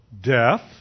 death